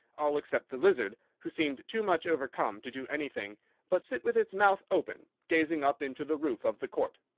all except the lizard, who seemed too much overcome to do anything but sit with its mouth open, gazing up into the roof of the court.